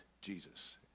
Jesus